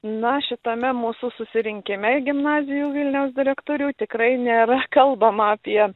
na šitame mūsų susirinkime gimnazijų vilniaus direktorių tikrai nėra kalbama apie